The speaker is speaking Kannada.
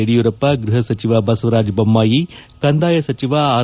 ಯಡಿಯೂರಪ್ಪ ಗೃಹ ಸಚಿವ ಬಸವರಾಜ ಬೊಮ್ಮಾಯಿ ಕಂದಾಯ ಸಚಿವ ಆರ್